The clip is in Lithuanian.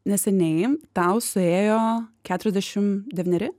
neseniai tau suėjo keturiasdešim devyneri